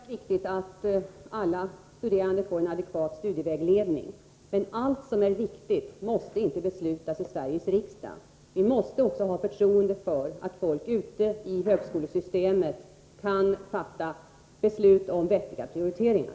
Herr talman! Det är självfallet viktigt att alla studerande får en adekvat studievägledning, men allt som är viktigt måste inte beslutas i Sveriges riksdag. Vi måste också ha förtroende för att folk ute i högskolesystemet kan fatta beslut om vettiga prioriteringar.